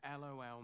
LOL